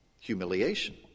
humiliation